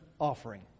offering